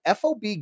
FOB